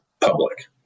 public